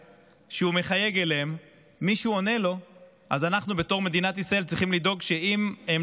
מה, אנחנו לא יודעים שאנחנו